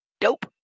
Dope